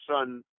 son